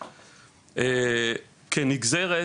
כנגזרת,